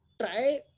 try